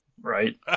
Right